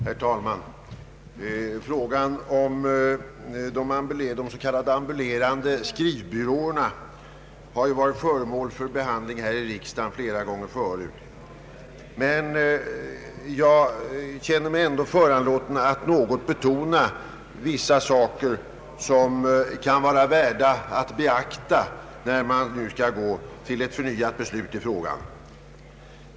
Herr talman! Frågan om de s.k. ambulerande skrivbyråerna har varit föremål för behandling här i riksdagen flera gånger tidigare. Jag känner mig emellertid föranlåten att något betona vissa saker, som kan vara värda att beakta när vi nu skall gå till ett förnyat beslut i frågan.